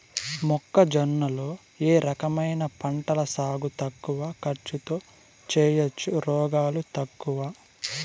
మొక్కజొన్న లో ఏ రకమైన పంటల సాగు తక్కువ ఖర్చుతో చేయచ్చు, రోగాలు తక్కువ?